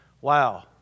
Wow